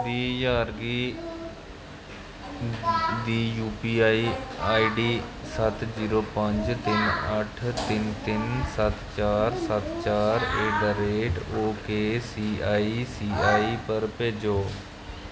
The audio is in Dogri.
त्रीह् ज्हार गी दी यूपीआई आईडी सत्त जीरो पंज तिन अठ्ठ तिन तिन सत्त चार सत्त चार at the rate O K C I C I पर भेजो